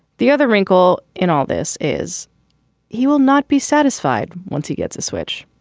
the other wrinkle in all this is he will not be satisfied once he gets the switch.